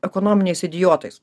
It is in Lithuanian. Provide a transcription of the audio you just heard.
ekonominiais idiotais